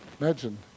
Imagine